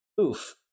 Oof